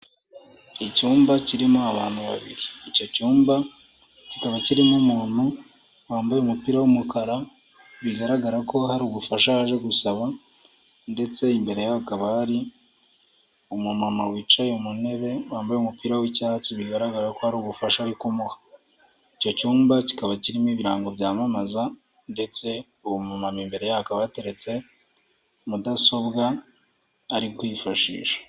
Icyumba kirimo abantu babiri icyo cyumba kikaba kirimo umuntu wambaye umupira w'umukara bigaragara ko hari ubufasha yaje gusaba, ndetse imbere hakaba hari umumama wicaye mu ntebe wambaye umupira w'icyatsi bigaragara ko ari ubufasha ariko kumuha icyo cyumba kikaba kirimo ibirango byamamaza ndetse uwo mumama imbere akaba yateretse mudasobwa ari kwifashisha.